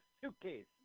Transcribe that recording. suitcase